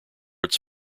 its